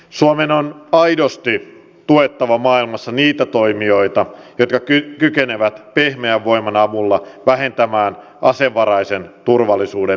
suomen on aidosti tuettava maailmassa niitä toimijoita jotka kykenevät pehmeän voiman avulla vähentämään asevaraisen turvallisuuden merkitystä